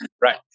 Right